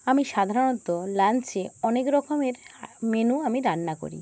আমি সাধারণত লাঞ্চে অনেক রকমের মেনু আমি রান্না করি